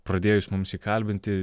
pradėjus mums jį kalbinti